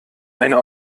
eine